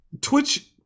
Twitch